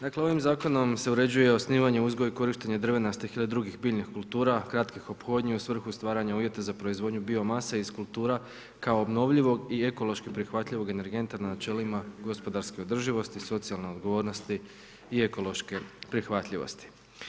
Dakle ovim zakonom se uređuje osnivanje, uzgoj i korištenje drvenastih ili drugih biljnih kultura, kratkih ophodnji u svrhu stvaranja uvjeta za proizvodnju bio mase iz kultura kao obnovljivog i ekološki prihvatljivog energentima na načelima gospodarske održivosti, socijalne odgovornosti i ekološke prihvatljivosti.